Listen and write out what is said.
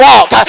Walk